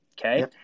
Okay